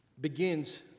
begins